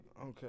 Okay